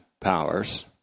powers